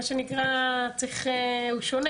שונה